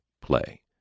play